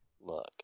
Look